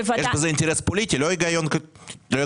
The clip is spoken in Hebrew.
יש בזה אינטרס פוליטי, לא היגיון מקצועי.